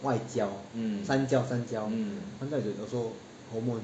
外焦三焦三焦三焦 is a also hormone